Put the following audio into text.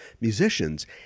musicians